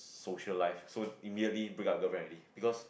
social life so immediately break up with girlfriend already because